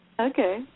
Okay